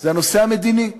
זה הנושא המדיני.